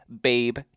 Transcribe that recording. babe